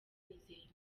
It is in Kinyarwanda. nizeyimana